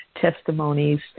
testimonies